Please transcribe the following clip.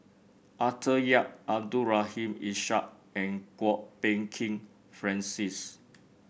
Arthur Yap Abdul Rahim Ishak and Kwok Peng Kin Francis